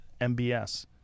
MBS